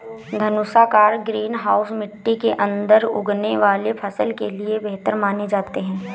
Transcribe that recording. धनुषाकार green house मिट्टी के अंदर उगने वाले फसल के लिए बेहतर माने जाते हैं